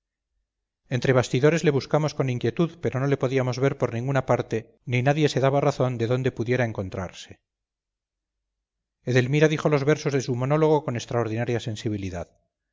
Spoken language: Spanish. entre bastidores le buscamos con inquietud pero no le podíamos ver por ninguna parte ni nadie se daba razón de dónde pudiera encontrarse edelmira dijo los versos de su monólogo con extraordinaria sensibilidad